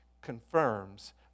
confirms